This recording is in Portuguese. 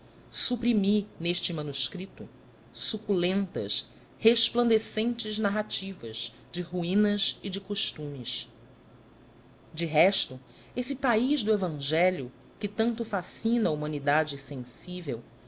suprimi neste manuscrito suculentas resplandecentes narrativas de ruínas e de costumes de resto esse país do evangelho que tanto fascina a humanidade sensível